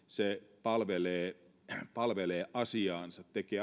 se selkeästi palvelee asiaansa tekee